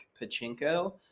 pachinko